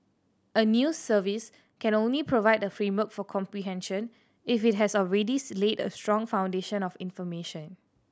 a news service can only provide a framework for comprehension if it has already laid a strong foundation of information